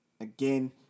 Again